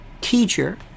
teacher